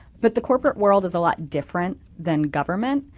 but the corporate world is a lot different than government.